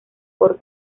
por